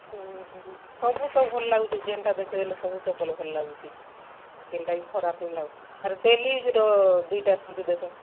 ହୁଁ ହୁଁ ସବୁ ତ ଭଲ୍ ଲାଗୁଛି ଯେନ୍ଟା ଦେଖେଇଲ ସବୁ ଚପଲ ଭଲ୍ ଲାଗୁଛି କେନ୍ଟା ବି ଖରାପ ବି ନାଇଁ ଆର ଡେଲି ୟୁଜ୍ର ଦୁଇଟା ସୁଜ୍ ଦେଖୁନ୍